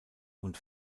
und